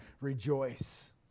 Rejoice